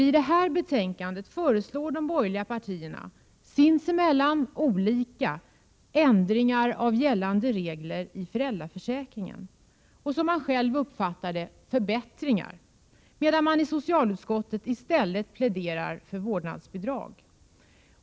I det här betänkandet föreslår de borgerliga partierna nämligen sinsemellan olika ändringar av gällande regler i föräldraförsäkringen, som de själva uppfattar som förbättringar, medan man i socialutskottet i stället pläderar för vårdnadsbidrag.